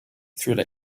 through